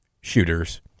shooters